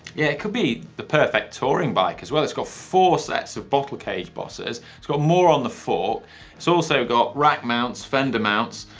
yeah, it could be the perfect touring bike as well. it's got four sets of bottle cage bosses. it's got more on the so also got rack mounts, fender mounts,